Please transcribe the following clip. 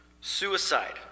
suicide